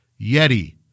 Yeti